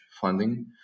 funding